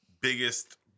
biggest